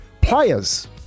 Players